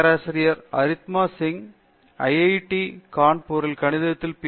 பேராசிரியர் அரிந்தமா சிங் ஐஐடி கான்பூரில் கணிதத்தில் பி